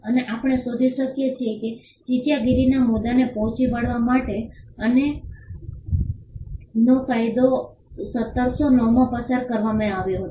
અને આપણે શોધી શકીએ છીએ કે ચાંચિયાગીરીના મુદ્દાને પહોંચી વળવા માટે અનેનો કાયદો 1709 માં પસાર કરવામાં આવ્યો હતો